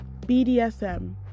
BDSM